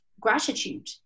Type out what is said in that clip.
gratitude